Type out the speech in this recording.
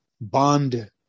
bond